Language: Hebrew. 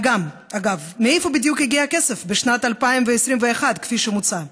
אגב, מאיפה בדיוק יגיע הכסף בשנת 2021 כפי שמוצע?